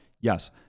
Yes